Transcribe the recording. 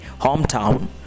hometown